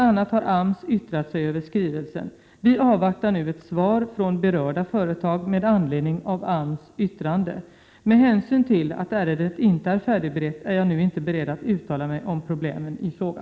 a. har AMS yttrat sig över skrivelsen. Vi avvaktar nu ett svar från berörda företag med anledning av AMS yttrande. Med hänsyn till att ärendet inte är färdigberett, är jag nu inte beredd att uttala mig om problemen i fråga.